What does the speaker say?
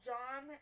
John